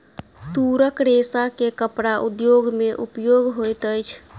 तूरक रेशा के कपड़ा उद्योग में उपयोग होइत अछि